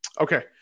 okay